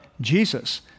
Jesus